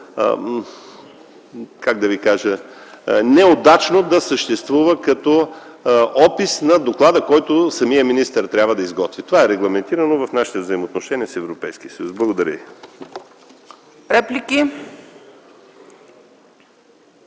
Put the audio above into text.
ал. 3 е напълно неудачна да съществува като опис на доклада, който министърът трябва да изготви. Това е регламентирано в нашите взаимоотношения с Европейския съюз. Благодаря.